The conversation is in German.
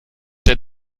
der